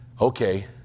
okay